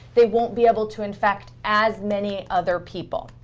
they won't be able to infect as many other people.